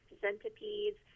centipedes